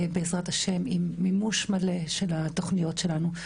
בעזרת השם, עם מימוש מלא של התוכניות שלנו.